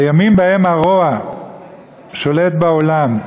בימים שבהם הרוע שולט בעולם,